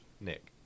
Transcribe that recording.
Nick